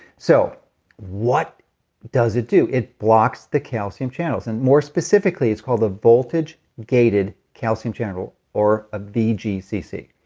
so what does it do? it blocks the calcium channels, and more specifically, it's called the voltage gated calcium channel, or a vgcc.